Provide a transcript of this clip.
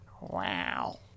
wow